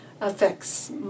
affects